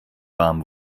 warm